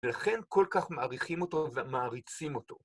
ולכן כל כך מעריכים אותו ומעריצים אותו.